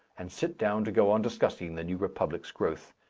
and sit down to go on discussing the new republic's growth.